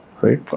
Right